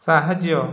ସାହାଯ୍ୟ